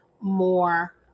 more